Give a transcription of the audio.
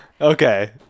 Okay